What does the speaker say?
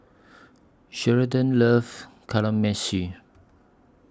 Sheridan loves